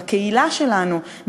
בקהילה שלנו,